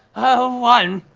oh, one.